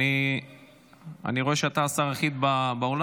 אני רואה שאתה השר היחיד באולם.